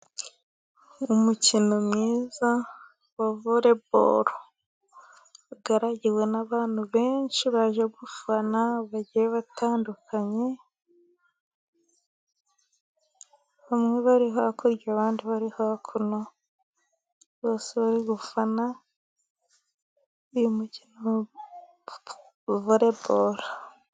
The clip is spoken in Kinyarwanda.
Umukino mwiza wa volleyball. Ugaragiwe n'abantu benshi baje gufana bagiye batandukanye, bamwe bari hakurya abandi bari hakuno ,bose bari gufana uyu mukino wa volleyball.